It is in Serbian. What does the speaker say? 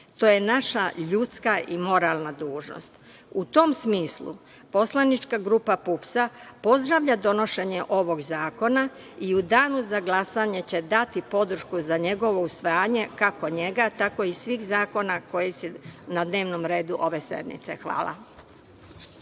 To je naša ljudska i moralna dužnost.U tom smislu, poslanička grupa PUPS-a pozdravlja donošenje ovog zakona i u danu za glasanje će dati podršku za njegovo usvajanje, kako njega, tako i svih zakona koji su na dnevnom redu ove sednice. Hvala.